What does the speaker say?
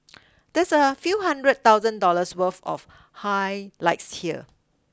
that's a few hundred thousand dollars worth of highlights here